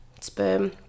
sperm